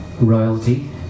royalty